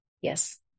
Yes